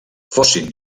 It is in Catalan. fossin